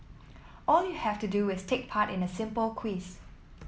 all you have to do is take part in a simple quiz